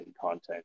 content